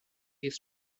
his